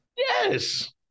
Yes